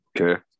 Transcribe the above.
okay